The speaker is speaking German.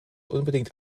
unbedingt